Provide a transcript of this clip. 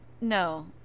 no